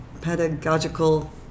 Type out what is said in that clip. pedagogical